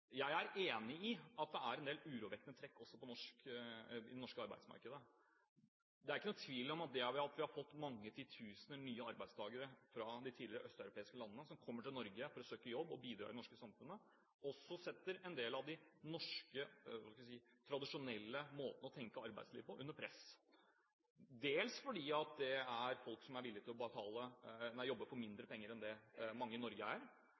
Jeg er enig i at det også er en del urovekkende trekk i det norske arbeidsmarkedet. Det er ingen tvil om at det at vi har fått mange titusener nye arbeidstakere fra de østeuropeiske landene, som kommer til Norge for å søke jobb og bidra til det norske samfunnet, også setter en del av de norske, tradisjonelle måtene å tenke arbeidsliv på under press, dels fordi det er folk som er villig til å jobbe for mindre penger enn det mange i Norge er,